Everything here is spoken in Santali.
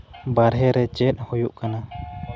ᱵᱟᱨᱦᱮ ᱨᱮ ᱪᱮᱫ ᱦᱩᱭᱩᱭᱜ ᱠᱟᱱᱟ